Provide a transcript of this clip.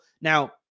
Now